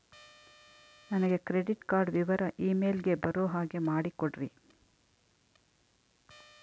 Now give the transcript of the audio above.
ನನಗೆ credit card ವಿವರ email ಗೆ ಬರೋ ಹಾಗೆ ಮಾಡಿಕೊಡ್ರಿ?